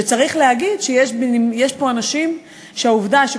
שצריך להגיד שיש פה אנשים שהעובדה שלא